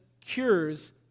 cures